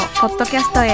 podcast